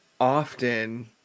often